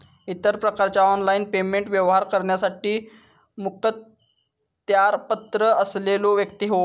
इतर प्रकारचा online payment व्यवहार करण्यासाठी मुखत्यारपत्र असलेलो व्यक्ती होवो